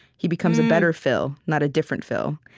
he becomes a better phil, not a different phil.